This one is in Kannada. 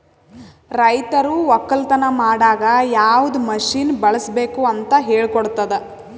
ರೈತರು ಒಕ್ಕಲತನ ಮಾಡಾಗ್ ಯವದ್ ಮಷೀನ್ ಬಳುಸ್ಬೇಕು ಅಂತ್ ಹೇಳ್ಕೊಡ್ತುದ್